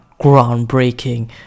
groundbreaking